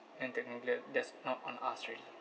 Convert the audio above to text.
and that I'm glad that's not on us already